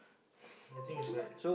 I think is like